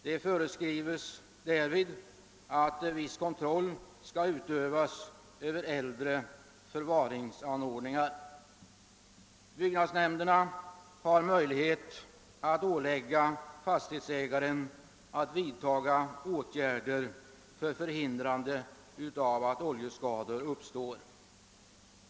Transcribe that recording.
Det föreskrivs nämligen att viss kontroll skall utövas över äldre förvaringsanordningar. Byggnadsnämnderna har möjlighet att ålägga fastighetsägare att vidtaga åtgärder för förhindrande av att oljeskador uppstår.